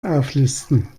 auflisten